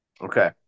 Okay